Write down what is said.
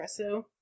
espresso